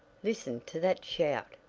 listen to that shout?